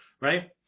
right